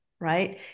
right